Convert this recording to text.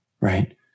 Right